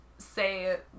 say